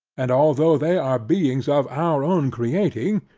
and although they are beings of our own creating,